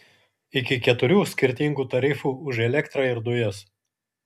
iki keturių skirtingų tarifų už elektrą ir dujas